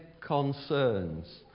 Concerns